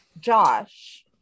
Josh